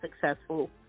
successful